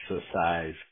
exercise